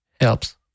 helps